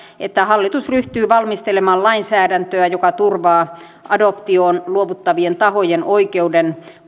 että hallitus ryhtyy valmistelemaan lainsäädäntöä joka turvaa adoptioon luovuttavien tahojen oikeuden